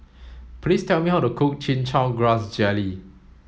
please tell me how to cook chin chow grass jelly